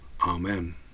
Amen